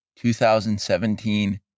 2017